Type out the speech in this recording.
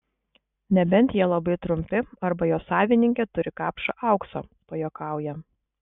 nebent jie labai trumpi arba jo savininkė turi kapšą aukso pajuokauja